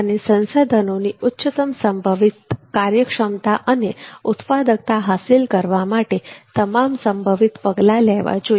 અને સંસાધનોની ઉચ્ચતમ સંભવિત કાર્યક્ષમતા અને ઉત્પાદકતા હાંસલ કરવા માટે તમામ સંભવિત પગલા લેવા જોઈએ